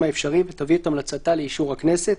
האפשרי ותביא את המלצתה לאישור הכנסת.